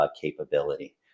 capability